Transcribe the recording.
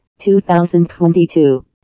2022